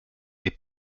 est